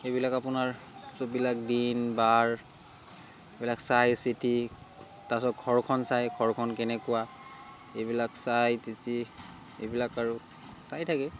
সেইবিলাক আপোনাৰ চববিলাক দিন বাৰ এইবিলাক চাই চিটি তাৰপিছত ঘৰখন চাই ঘৰখন কেনেকুৱা এইবিলাক চাই চিটি এইবিলাক আৰু চাই থাকে